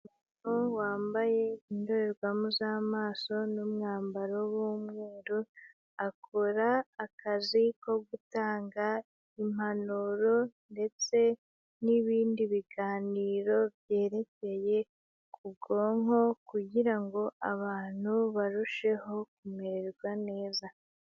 Umuntu wambaye indorerwamo z'amaso n'umwambaro w'umweru, akora akazi ko gutanga impanuro ndetse n'ibindi biganiro byerekeye ku bwonko kugira ngo abantu barusheho kumererwa neza.